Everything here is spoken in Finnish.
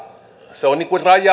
se kiusaaminen on